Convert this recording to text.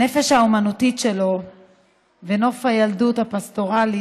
הנפש האומנותית שלו ונוף הילדות הפסטורלי